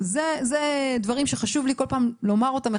אלה דברים שחשוב לי לומר כל פעם מחדש,